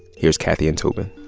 here's kathy and tobin